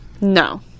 No